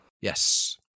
Yes